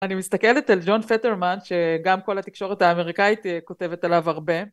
אני מסתכלת על ג'ון פטרמן שגם כל התקשורת האמריקאית כותבת עליו הרבה.